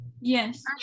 Yes